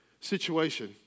situation